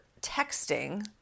texting